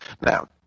Now